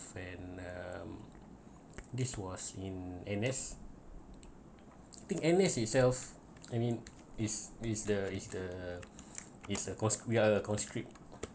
and um this was in and this things negative itself I mean is is the is the is the con~ we are a conscript